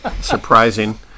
surprising